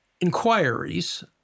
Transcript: inquiries